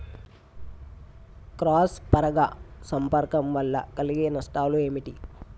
Cross పరాగ సంపర్కం వల్ల కలిగే నష్టాలు ఏమిటి?